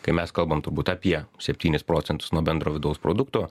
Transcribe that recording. kai mes kalbam turbūt apie septynis procentus nuo bendro vidaus produkto